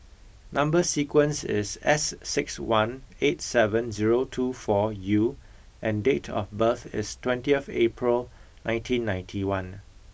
number sequence is S six one eight seven zero two four U and date of birth is twentieth April nineteen ninety one